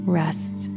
rest